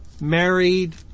married